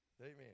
Amen